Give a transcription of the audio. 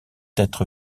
être